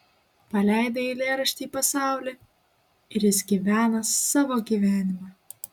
paleidai eilėraštį į pasaulį ir jis gyvena savo gyvenimą